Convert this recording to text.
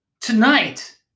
Tonight